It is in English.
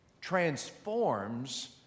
transforms